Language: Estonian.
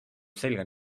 selga